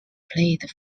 played